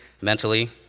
mentally